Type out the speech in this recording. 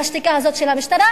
מהשתיקה הזאת של המשטרה,